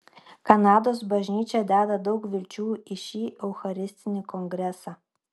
kanados bažnyčia deda daug vilčių į šį eucharistinį kongresą